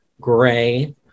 Gray